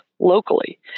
locally